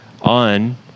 on